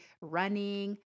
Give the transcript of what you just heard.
Running